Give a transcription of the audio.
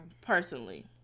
Personally